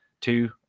two